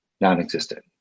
non-existent